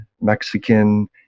Mexican